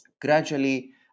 gradually